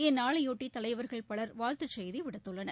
இந்நாளையொட்டி தலைவர்கள் பலர் வாழ்த்துச் செய்தி விடுத்துள்ளனர்